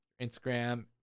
Instagram